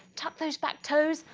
tuck those back toes,